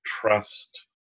trust